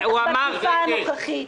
בטח --- הנוכחית.